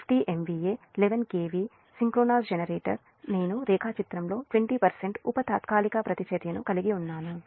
50 MVA 11 k V synchronous generator నేను రేఖాచిత్రంలో 20 ఉప తాత్కాలిక ప్రతిచర్యను కలిగి ఉన్నాను